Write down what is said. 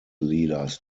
leaders